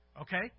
okay